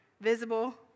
visible